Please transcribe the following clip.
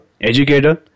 educator